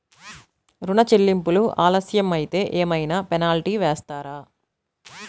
ఋణ చెల్లింపులు ఆలస్యం అయితే ఏమైన పెనాల్టీ వేస్తారా?